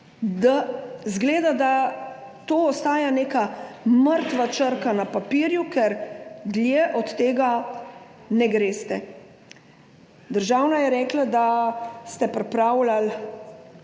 izgleda, da to ostaja neka mrtva črka na papirju, ker dlje od tega ne greste. Državna [sekretarka] je rekla, da ste pripravljali